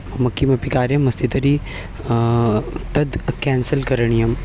मम किमपि कार्यमस्ति तर्हि तद् केन्सल् करणीयम्